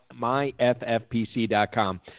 MyFFPC.com